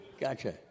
Gotcha